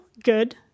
Good